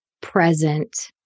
present